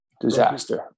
Disaster